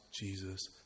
Jesus